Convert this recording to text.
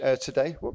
today